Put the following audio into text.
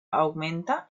augmenta